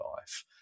life